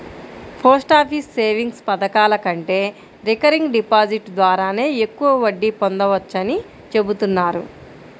post office savings పథకాల కంటే recurring deposit ద్వారానే ఎక్కువ వడ్డీ పొందవచ్చని చెబుతున్నారు